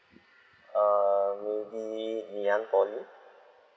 err maybe niam poly